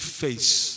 face